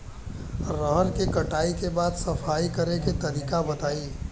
रहर के कटाई के बाद सफाई करेके तरीका बताइ?